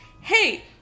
hey